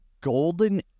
golden